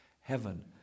heaven